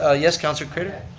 ah yes, councilor craiter?